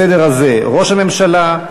בסדר הזה: ראש הממשלה,